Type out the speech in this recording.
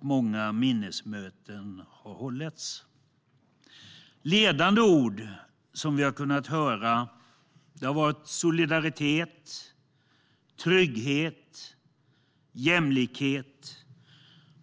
Många minnesmöten har hållits. Ledande ord som vi har kunnat höra har varit solidaritet, trygghet och jämlikhet.